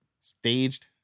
Staged